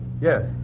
Yes